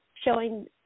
showing